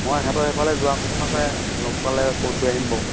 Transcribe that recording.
মই সিহঁতৰ সেইফালে যোৱা কথা আছে লগ পালে কৈ থৈ আহিম বাৰু